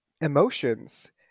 emotions